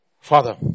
Father